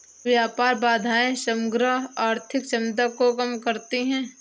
व्यापार बाधाएं समग्र आर्थिक दक्षता को कम करती हैं